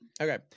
Okay